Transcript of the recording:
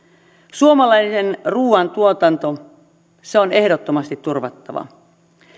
suomalainen ruuantuotanto on ehdottomasti turvattava